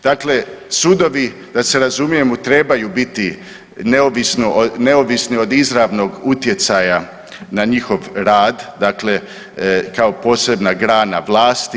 Dakle, sudovi da se razumijemo trebaju biti neovisni od izravnog utjecaja na njihov rad, dakle kao posebna grana vlasti.